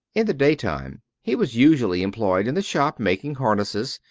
in the daytime he was usually employed in the shop making harnesses,